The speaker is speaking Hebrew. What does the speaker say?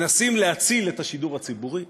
מנסים להציל את השידור הציבורי,